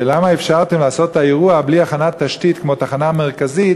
למה אפשרתם לעשות את האירוע בלי הכנת תשתית כמו תחנה מרכזית